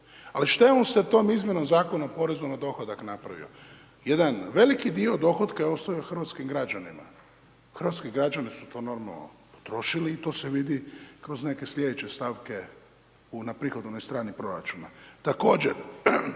Ali što je on sa tom izmjenom Zakona poreza na dohodak napravio? Jedan veliki dio dohotka je ostavio hrvatskim građanima. Hrvatski građani su to normalno potrošili i to se vidi kroz neke sljedeće stavke na prihodovnoj strani proračuna.